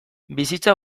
bizitza